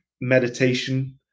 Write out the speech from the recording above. meditation